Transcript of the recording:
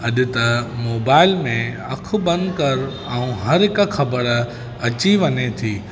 अॼु त मोबाइल में अखि बंदि कर ऐं हर हिकु ख़बर अची वञे थी